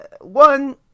one